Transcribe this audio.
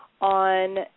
on